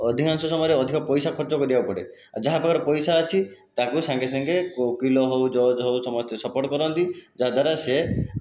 ଅଧିକାଂଶ ସମୟରେ ଅଧିକ ପଇସା ଖର୍ଚ୍ଚ କରିବାକୁ ପଡ଼େ ଆଉ ଯାହା ପାଖରେ ପଇସା ଅଛି ତାକୁ ସାଙ୍ଗେ ସାଙ୍ଗେ ଓକିଲ ହେଉ ଜଜ୍ ହେଉ ସମସ୍ତେ ସପୋର୍ଟ କରନ୍ତି ଯାହାଦ୍ୱାରା ସେ